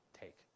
take